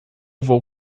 vou